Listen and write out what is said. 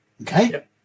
okay